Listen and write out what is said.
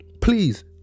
Please